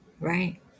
Right